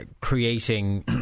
creating